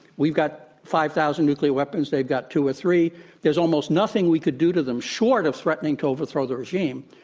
we've got five thousand nuclear weapons. they've got two or three. there's almost nothing we could do to them, short of threatening to overthrow the regime,